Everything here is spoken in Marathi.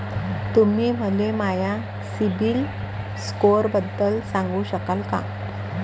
तुम्ही मले माया सीबील स्कोअरबद्दल सांगू शकाल का?